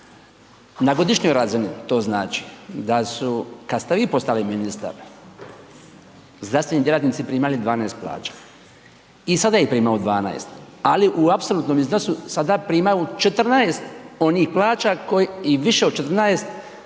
Na godišnjoj razini to znači kada ste vi postali ministar zdravstveni djelatnici primali 12 plaća i sada ih primaju 12, ali u apsolutnom iznosu sada primaju 14 onih plaća i više od 14 onih